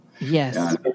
Yes